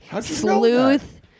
sleuth